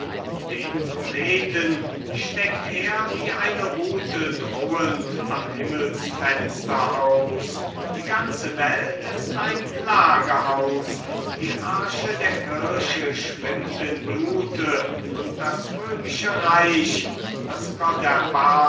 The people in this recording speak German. den kometen steckt er wie eine rute drohend am himmelsfenster aus die ganze welt ist ein klagehaus die arche der kirche schwimmt in blute und das römische reich daß